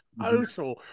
total